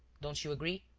don't you agree?